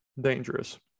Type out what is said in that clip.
dangerous